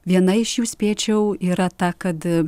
viena iš jų spėčiau yra ta kad